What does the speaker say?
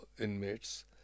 inmates